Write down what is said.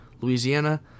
Louisiana